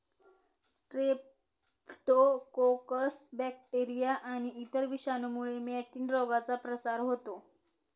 Streptococcus bacteria आणि इतर विषाणूंमुळे मॅटिन रोगाचा प्रसार होतो